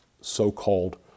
so-called